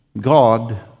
God